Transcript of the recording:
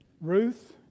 Ruth